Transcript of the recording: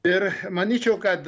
ir manyčiau kad